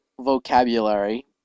vocabulary